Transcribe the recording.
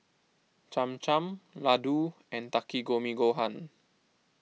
Cham Cham Ladoo and Takikomi Gohan